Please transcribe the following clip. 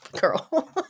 girl